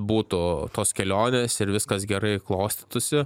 būtų tos kelionės ir viskas gerai klostytųsi